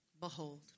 Behold